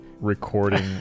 recording